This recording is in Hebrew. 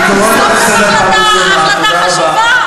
אני מוכרחה להגן על ההחלטה, החלטה חשובה.